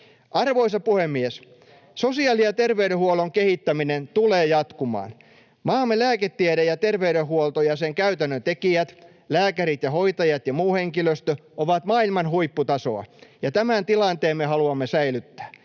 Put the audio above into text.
Arvoisa puhemies! Sosiaali- ja terveydenhuollon kehittäminen tulee jatkumaan. Maamme lääketiede ja terveydenhuolto ja niiden käytännön tekijät — lääkärit ja hoitajat ja muu henkilöstö — ovat maailman huipputasoa, ja tämän tilanteen me haluamme säilyttää.